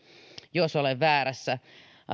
jos olen väärässä